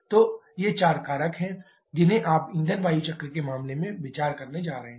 तो ये चार कारक हैं जिन्हें आप ईंधन वायु चक्र के मामले में विचार करने जा रहे हैं